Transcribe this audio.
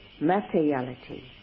materiality